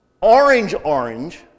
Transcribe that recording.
orange-orange